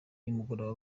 y’umugoroba